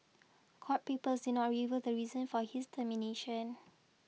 court papers not reveal the reason for his termination